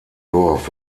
dorf